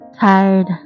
tired